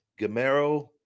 Gamero